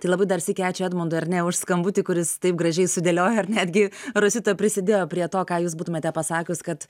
tai labai dar sykį ačiū edmundui ar ne už skambutį kuris taip gražiai sudėliojo ar netgi rosita prisidėjo prie to ką jūs būtumėte pasakius kad